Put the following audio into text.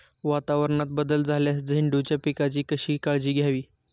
वातावरणात बदल झाल्यास झेंडूच्या पिकाची कशी काळजी घ्यावी?